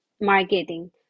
marketing